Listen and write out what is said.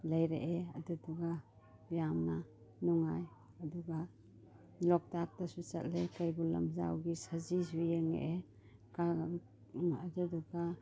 ꯂꯩꯔꯛꯑꯦ ꯑꯗꯨꯗꯨꯒ ꯌꯥꯝꯅ ꯅꯨꯡꯉꯥꯏ ꯑꯗꯨꯒ ꯂꯣꯛꯇꯥꯛꯇꯁꯨ ꯆꯠꯂꯦ ꯀꯩꯕꯨꯜ ꯂꯝꯖꯥꯎꯒꯤ ꯁꯖꯤꯁꯨ ꯌꯦꯡꯉꯛꯑꯦ ꯑꯗꯨꯗꯨꯒ